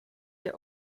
der